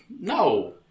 No